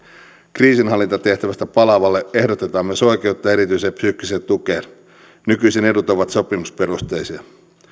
kriisinhallintatehtävästä palaavalle ehdotetaan myös oikeutta erityiseen psyykkiseen tukeen nykyisin edut ovat sopimusperusteisia